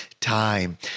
time